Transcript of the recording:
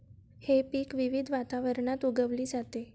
हे पीक विविध वातावरणात उगवली जाते